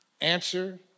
answer